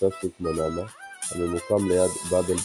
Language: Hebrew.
נמצא שוק מנאמה , הממוקם ליד באב אל בחריין,